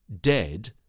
dead